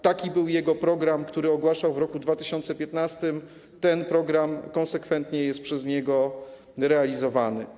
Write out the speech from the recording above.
Taki był jego program, który ogłaszał w 2015 r., i ten program konsekwentnie jest przez niego realizowany.